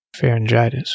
pharyngitis